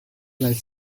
life